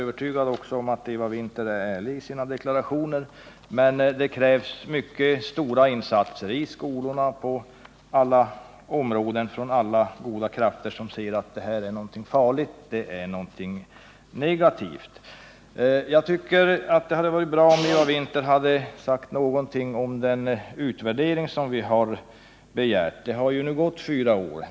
Jag är också övertygad om att Eva Winther är ärlig i sina deklarationer, men det krävs mycket stora insatser, i skolorna och på andra områden, från alla goda krafter som kan betona att de här tendenserna är farliga och negativa. Det hade varit bra om Eva Winther hade sagt någonting om den utvärdering som vi har begärt. Det har gått fyra år.